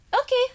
Okay